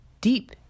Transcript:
deep